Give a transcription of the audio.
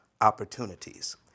opportunities